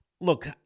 look